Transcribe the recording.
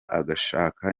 agashaka